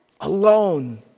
Alone